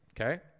Okay